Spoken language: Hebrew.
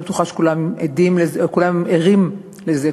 אני לא בטוחה שכולם ערים לזה,